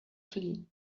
flee